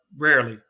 rarely